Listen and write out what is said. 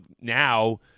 now